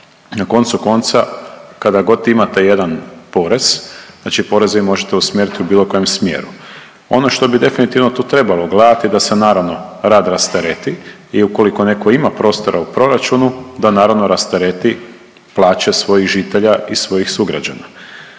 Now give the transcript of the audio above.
Na koncu konca, kada god imate jedan porez, znači poreze vi možete usmjeriti u bilo kojem smjeru. Ono što bi definitivno tu trebalo gledati da se naravno, rad rastereti i ukoliko netko ima prostora u proračunu, da naravno, rastereti plaće svojih žitelja i svojih sugrađana.